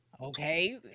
Okay